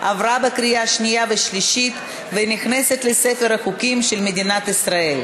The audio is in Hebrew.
עברה בקריאה שנייה ושלישית ונכנסת לספר החוקים של מדינת ישראל.